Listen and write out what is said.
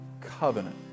Covenant